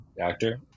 actor